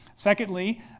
Secondly